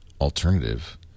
alternative